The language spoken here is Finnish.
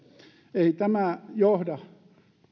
ei tämä johda